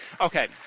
Okay